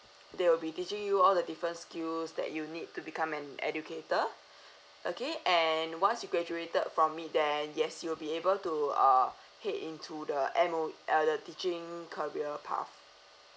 they will be teaching you all the different skills that you need to become an educator okay and once you graduated from it then yes you'll be able to uh head into the M_O~ uh the teaching career path